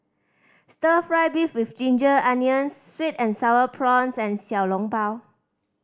Stir Fry beef with ginger onions sweet and Sour Prawns and Xiao Long Bao